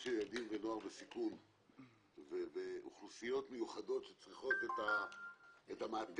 אני חושב שילדים ונוער בסיכון ואוכלוסיות מיוחדות צריכות את המעטפת.